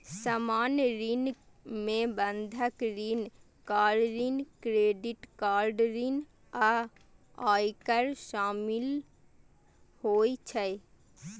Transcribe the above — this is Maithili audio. सामान्य ऋण मे बंधक ऋण, कार ऋण, क्रेडिट कार्ड ऋण आ आयकर शामिल होइ छै